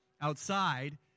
outside